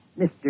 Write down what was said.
Mr